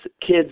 kids